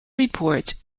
reports